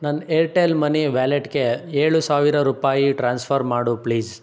ನನ್ನ Airtel Money ವ್ಯಾಲೆಟ್ಗೆ ಏಳು ಸಾವಿರ ರೂಪಾಯಿ ಟ್ರಾನ್ಸ್ಫರ್ ಮಾಡು ಪ್ಲೀಸ್